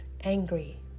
angry